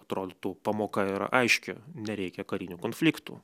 atrodytų pamoka yra aiški nereikia karinių konfliktų